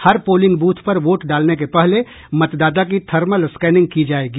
हर polling booth पर vote डालने के पहले मतदाता की थर्मल स्कैनिंग की जायेगी